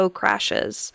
crashes